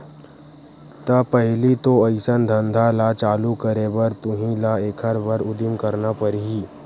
त पहिली तो अइसन धंधा ल चालू करे बर तुही ल एखर बर उदिम करना परही